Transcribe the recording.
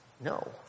No